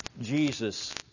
Jesus